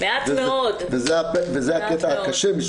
וזה הקטע הקשה.